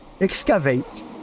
excavate